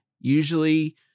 usually